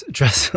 dress